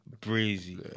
breezy